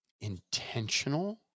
intentional